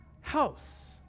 house